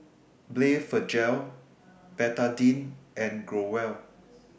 Blephagel Betadine and Growell